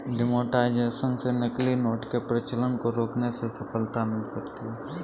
demonetisation से नकली note के प्रचलन को रोकने में सफलता मिल सकती है